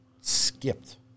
skipped